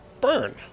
burn